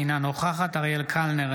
אינה נוכחת אריאל קלנר,